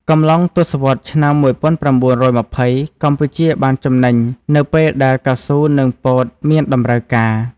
កំឡុងទសវត្សឆ្នាំ១៩២០ កម្ពុជាបានចំណេញនៅពេលដែលកៅស៊ូនិងពោតមានតម្រូវការ។